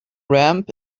ramp